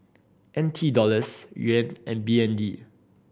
N T Dollars Yuan and B N D